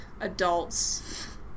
adults